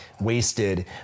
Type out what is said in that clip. wasted